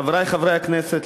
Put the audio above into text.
חברי חברי הכנסת,